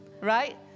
Right